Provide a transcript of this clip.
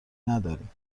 نداریم